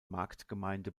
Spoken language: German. marktgemeinde